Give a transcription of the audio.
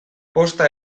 posta